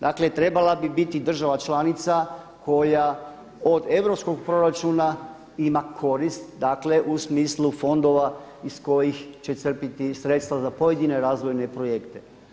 Dakle, trebala bi biti država članica koja od europskog proračuna ima korist, dakle u smislu fondova iz kojih će crpiti sredstva za pojedine razvojne projekte.